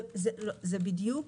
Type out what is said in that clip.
זה בדיוק